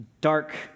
dark